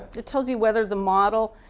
it tells you whether the model,